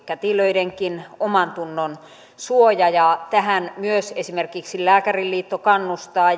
kätilöidenkin omantunnon suoja ja tähän myös esimerkiksi lääkäriliitto kannustaa